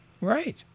Right